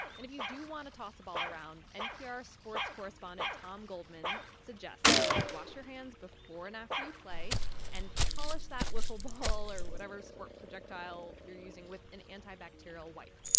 and if you do want to toss a ball around, npr sports correspondent tom goldman suggests you wash your hands before and after you play and polish that wiffle ball or whatever sport projectile you're using with an antibacterial wipe.